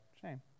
Shame